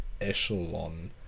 echelon